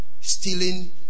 stealing